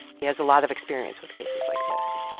he has a lot of experience with cases like this.